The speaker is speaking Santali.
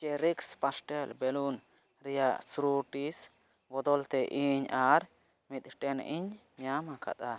ᱪᱮᱨᱤᱥ ᱮᱠᱥ ᱯᱟᱥᱴᱟᱞ ᱵᱮᱞᱩᱱᱥ ᱨᱮᱱᱟᱜ ᱥᱨᱩᱛᱤᱥ ᱵᱚᱫᱚᱞᱛᱮ ᱤᱧ ᱟᱨ ᱢᱤᱫᱴᱟᱝᱤᱧ ᱧᱟᱢ ᱟᱠᱟᱫᱟ